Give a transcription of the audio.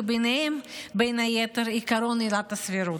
ובין היתר עקרון עילת הסבירות.